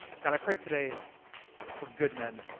god, i pray today for good men.